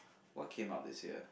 what came out this year